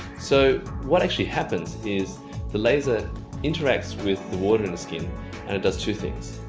so, what actually happens is the laser interacts with the water in the skin and it does two things.